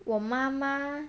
我妈妈